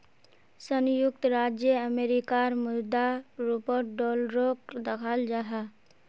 संयुक्त राज्य अमेरिकार मुद्रा रूपोत डॉलरोक दखाल जाहा